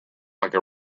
like